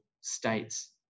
states